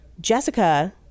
Jessica